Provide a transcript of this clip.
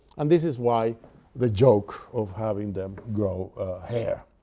and this is why the joke of having them grow hair.